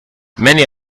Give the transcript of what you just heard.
many